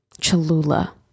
Cholula